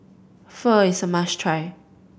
pho is a must try